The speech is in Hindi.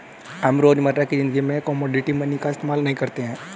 हम रोजमर्रा की ज़िंदगी में कोमोडिटी मनी का इस्तेमाल नहीं करते